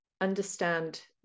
understand